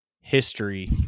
history